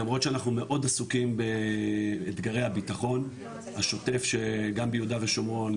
למרות שאנחנו מאוד עסוקים באתגרי הבטחון השוטף שגם ביהודה ושומרון,